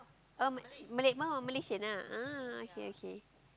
oh ma~ Malay oh Malaysian ah ah okay okay